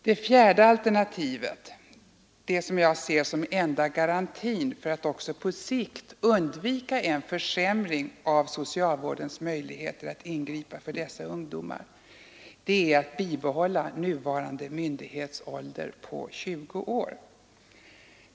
Det fjärde alternativet — det som jag ser som enda garantin för att också på sikt kunna undvika en försämring av socialvårdens möjligheter att ingripa för dessa ungdomar — är att bibehålla nuvarande myndighetsålder på 20 år.